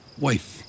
wife